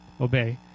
obey